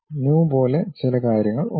new പോലെ ചില കാര്യങ്ങൾ ഉണ്ട്